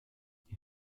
die